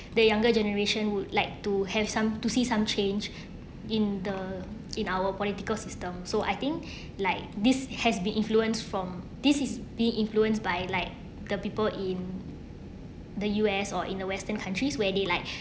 the younger generation would like to have some to see some change in the in our political system so I think like this has been influenced from this is being influenced by like the people in the U_S or in the western countries where they like